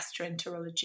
Gastroenterology